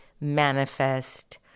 manifest